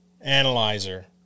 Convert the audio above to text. analyzer